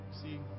See